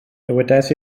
dywedais